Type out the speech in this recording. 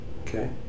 Okay